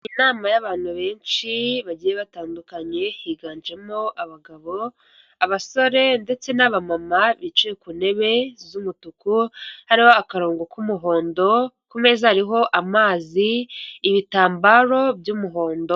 Inama y'abantu benshi bagiye batandukanye higanjemo abagabo, abasore ndetse n'aba mama bicaye ku ntebe z'umutuku hariho akarongo k'umuhondo ku meza hariho amazi ,ibitambaro by'umuhondo.